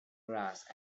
grass